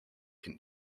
can